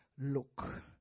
look